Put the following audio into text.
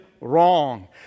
wrong